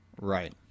Right